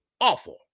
awful